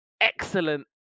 excellent